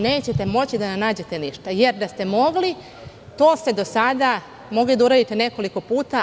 Nećete moći da nam nađete ništa, jer da ste mogli, to ste do sada mogli da uradite nekoliko puta.